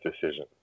decision